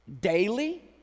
daily